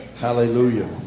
Hallelujah